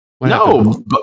no